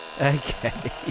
Okay